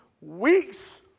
weeks